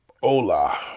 hola